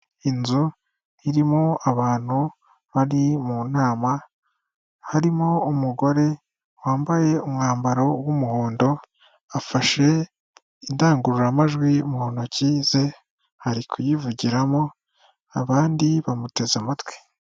Inzu irimo abantu bari mu nama, harimo umugore wambaye umwambaro w'umuhondo afashe indangururamajwi mu ntoki ze arikuyivugiramo abandi bamuteze amatwi.